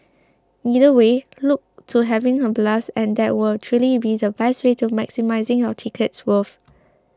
either way look to having a blast and that will truly be the best way to maximising your ticket's worth